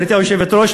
גברתי היושבת-ראש,